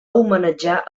homenatjar